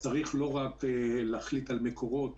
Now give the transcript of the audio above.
צריך לא רק להחליט על מקורות,